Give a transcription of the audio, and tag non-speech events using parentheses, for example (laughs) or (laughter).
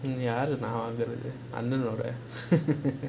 யாரு நான் வாங்குறது அண்ணனோடது:yaaru naan vaangurathu annanodathu (laughs)